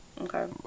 okay